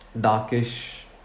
darkish